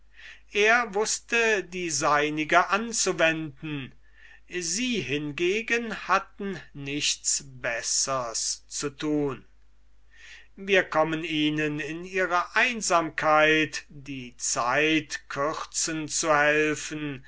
er wußte die seinige anzuwenden sie hingegen hatten nichts bessers zu tun wir kommen ihnen in ihrer einsamkeit die zeit kürzen zu helfen